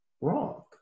wrong